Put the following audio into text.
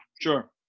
Sure